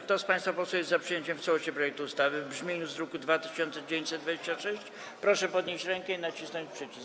Kto z państwa posłów jest za przyjęciem w całości projektu ustawy w brzmieniu z druku nr 2926, proszę podnieść rękę i nacisnąć przycisk.